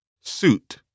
Suit